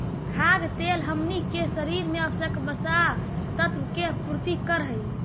खाद्य तेल हमनी के शरीर में आवश्यक वसा तत्व के आपूर्ति करऽ हइ